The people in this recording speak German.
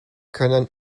können